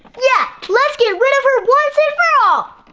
yeah, let's get rid of her once and for all!